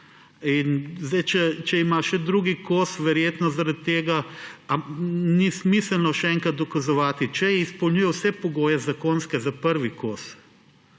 kosa. Če ima še drugi kos, verjetno zaradi tega ni smiselno še enkrat dokazovati. Če izpolnjuje vse zakonske pogoje za prvi kos,